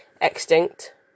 extinct